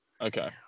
Okay